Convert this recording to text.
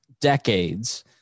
decades